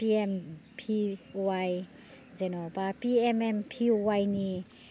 जेन'बा P M M P Y नि